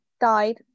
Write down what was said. died